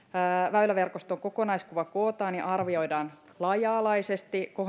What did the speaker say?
väyläverkoston kokonaiskuva kootaan ja arvioidaan laaja alaisesti